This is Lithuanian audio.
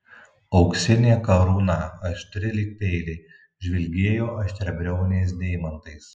auksinė karūna aštri lyg peiliai žvilgėjo aštriabriauniais deimantais